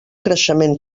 creixement